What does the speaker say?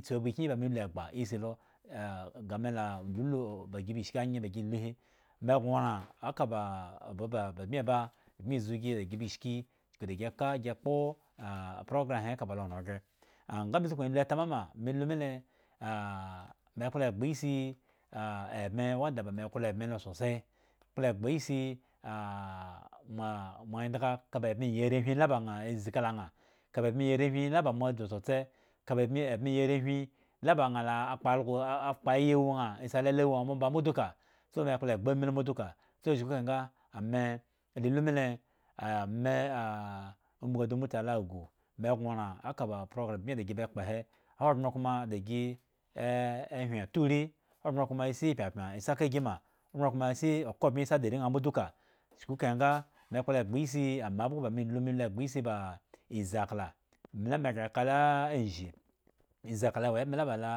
tsipi eba da wo aki ambo ba ma yiya ba me tspi eba nki elu egba isii lo eh gama la hulu bagi bi shki huhi me go ran aka ba oba ba bmi eba mi zu gi da gi bi shki chuku da gi ka gi kpo aa programme le lo ekal ba lo ran gre ngame sukun lu tamama me lumi le me klo egba issii ebme wanda ba me eklo ebma lo sosai klo isii ma moare ndga ka ba etme yi arewhi nga ba naa zi kala aa kaba ebime yi arewgi la ba mo dzu tsotse nga ba la aa kpo algo kpo aya la wu aa asii akla wu aa mba naa mbo duka me klo egba ami mbo duka so chuku ekahe nga ame in mele ame umbuguadu mutala agu me go ran eka ba programme ba bmi eda gi be kpo he ahogbren kuma da gi hwen oturi ahogbren kuma sii pyepyan ga asi ka si ma ahgbren kuma asii okabmye asi di are aa mbo duka chuku ekahe nga me klo egba isii mabgo la me lu me lu egba isi ba izi akla me la me lu me lu egba isi ba izi akla me la me gre ye ka lo anzhi iziakla le wo ebmen la ba nwo ari mbo kalo.